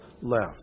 left